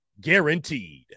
guaranteed